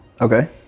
Okay